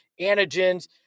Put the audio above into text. antigens